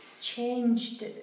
changed